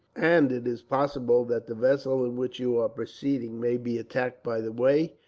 and it is possible that the vessel in which you are proceeding may be attacked by the way,